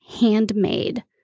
handmade